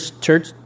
church